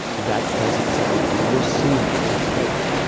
that does upset me. and we're seeing it in spades.